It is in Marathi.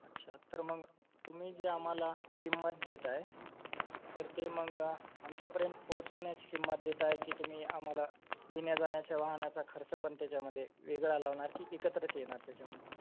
अच्छा तर मग तुम्ही जी आम्हाला किंमत देत आहे तर ते मग आमच्यापर्यंत पोहोचवण्याची किंमत देत आहे की तुम्ही आम्हाला येण्याजाण्याच्या वाहनाचा खर्च पण त्याच्यामध्ये वेगळा लावणार की एकत्रच येणार त्याच्यामध्ये